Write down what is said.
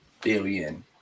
billion